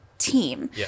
team